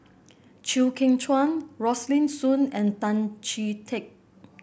Chew Kheng Chuan Rosaline Soon and Tan Chee Teck